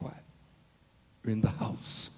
quiet in the house